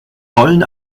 wollen